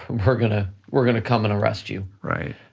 we're gonna we're gonna come and arrest you.